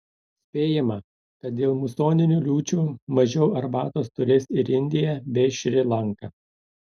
spėjama kad dėl musoninių liūčių mažiau arbatos turės ir indija bei šri lanka